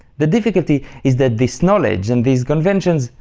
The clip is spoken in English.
the difficulty is that this knowledge and these conventions,